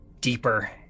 deeper